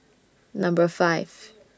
Number five